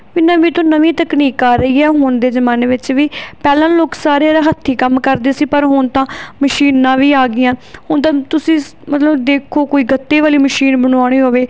ਵੀ ਨਵੀਂ ਤੋਂ ਨਵੀਂ ਤਕਨੀਕ ਆ ਰਹੀ ਹੈ ਹੁਣ ਦੇ ਜ਼ਮਾਨੇ ਵਿੱਚ ਵੀ ਪਹਿਲਾਂ ਲੋਕ ਸਾਰੇ ਜਿਹੜੇ ਹੱਥੀਂ ਕੰਮ ਕਰਦੇ ਸੀ ਪਰ ਹੁਣ ਤਾਂ ਮਸ਼ੀਨਾਂ ਵੀ ਆ ਗਈਆਂ ਹੁਣ ਤਾਂ ਤੁਸੀਂ ਮਤਲਬ ਦੇਖੋ ਕੋਈ ਗੱਤੇ ਵਾਲੀ ਮਸ਼ੀਨ ਬਣਵਾਉਣੀ ਹੋਵੇ